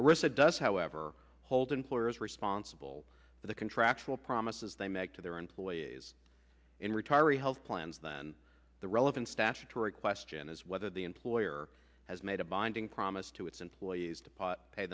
arista does however hold employers responsible for the contractual promises they make to their employees in retiree health plans then the relevant statutory question is whether the employer has made a binding promise to its employees to pot pay